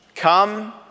Come